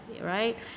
right